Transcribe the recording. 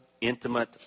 intimate